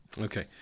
Okay